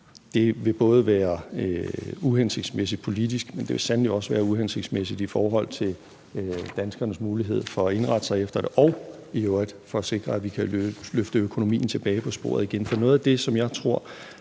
Det vil både være politisk uhensigtsmæssigt, men det vil sandelig også være uhensigtsmæssigt i forhold til danskernes mulighed for at indrette sig efter det og i øvrigt for, at vi kan sikre, at vi kan løfte økonomien tilbage på sporet igen.